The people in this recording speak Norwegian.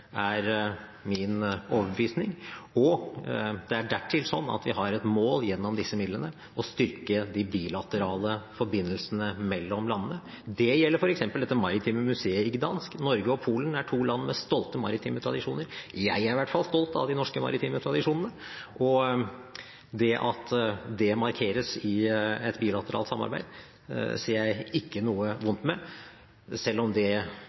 er min overbevisning. Det er dertil sånn at vi har et mål om, gjennom disse midlene, å styrke de bilaterale forbindelsene mellom landene. Det gjelder f.eks. det maritime museet i Gdansk. Norge og Polen er to land med stolte maritime tradisjoner. Jeg er i hvert fall stolt av de norske maritime tradisjonene, og at det markeres i et bilateralt samarbeid, ser jeg ikke noe vondt i, selv om det